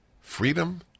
Freedom